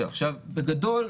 בגדול,